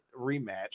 rematch